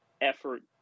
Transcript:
effort